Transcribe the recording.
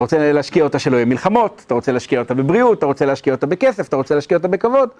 אתה רוצה להשקיע אותה שלא יהיה מלחמות, אתה רוצה להשקיע אותה בבריאות, אתה רוצה להשקיע אותה בכסף, אתה רוצה להשקיע אותה בכבוד.